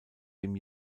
dem